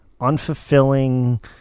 unfulfilling